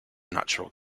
natural